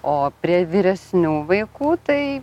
o prie vyresnių vaikų tai